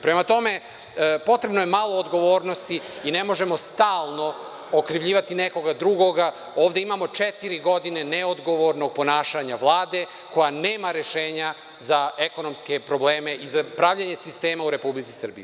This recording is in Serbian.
Prema tome, potrebno je malo odgovornosti i ne možemo stalno okrivljivati nekoga drugoga, ovde imamo četiri godine neodgovornog ponašanja Vlade koja nema rešenja za ekonomske probleme i za pravljenje sistema u Republici Srbiji.